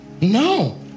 No